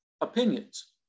opinions